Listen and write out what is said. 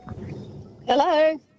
Hello